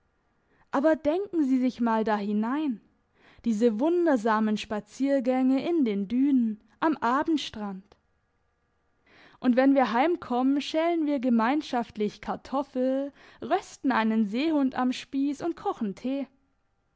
aber denken sie sich mal da hinein diese wundersamen spaziergänge in den dünen am abendstrand und wenn wir heimkommen schälen wir gemeinschaftlich kartoffel rösten einen seehund am spiess und kochen tee